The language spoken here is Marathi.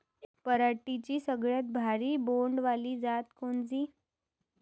पराटीची सगळ्यात भारी बोंड वाली जात कोनची?